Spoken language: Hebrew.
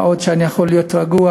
מה עוד שאני יכול להיות רגוע,